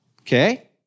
okay